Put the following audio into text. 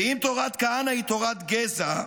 ואם תורת כהנא היא תורת גזע,